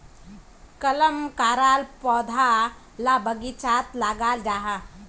कलम कराल पौधा ला बगिचात लगाल जाहा